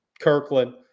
Kirkland